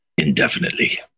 Indefinitely